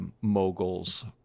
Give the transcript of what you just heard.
moguls